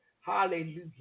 Hallelujah